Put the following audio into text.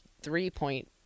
three-point